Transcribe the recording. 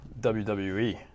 WWE